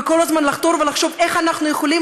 וכל הזמן לחתור ולחשוב איך אנחנו יכולים